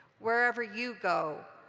wherever you go,